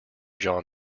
john